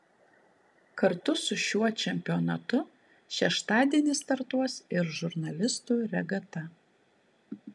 kartu su šiuo čempionatu šeštadienį startuos ir žurnalistų regata